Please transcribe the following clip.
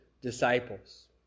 disciples